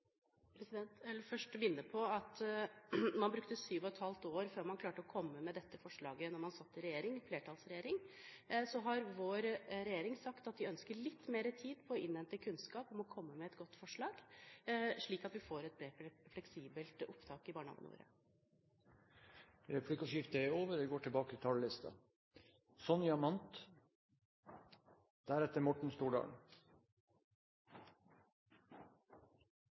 Jeg vil første minne om at man brukte syv og et halvt år før man klarte å komme med dette forslaget da man satt i regjering, en flertallsregjering. Vår regjering har sagt at den ønsker litt mer tid for å innhente kunnskap og komme med et godt forslag, slik at vi får et mer fleksibelt opptak i barnehagene våre. Replikkordskiftet er omme. Først takk til SV for et godt forslag. Alle er vi